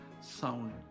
sound